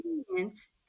experience